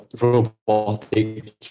robotic